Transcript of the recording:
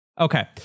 Okay